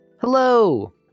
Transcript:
Hello